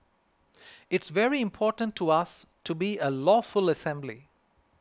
it's very important to us to be a lawful assembly